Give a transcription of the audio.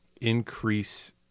increase